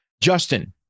Justin